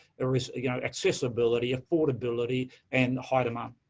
there is, you know, accessibility, affordability, and high demand.